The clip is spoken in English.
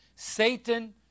Satan